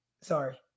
Sorry